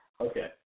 Okay